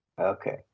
Okay